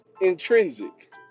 intrinsic